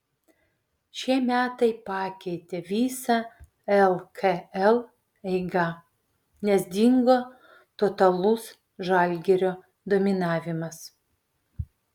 šie metai pakeitė visą lkl eigą nes dingo totalus žalgirio dominavimas